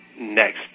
next